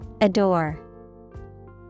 Adore